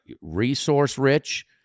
resource-rich